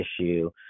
issue